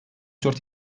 dört